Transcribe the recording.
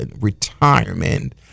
retirement